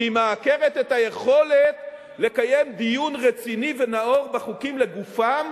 כי היא מעקרת את היכולת לקיים דיון רציני ונאור בחוקים לגופם,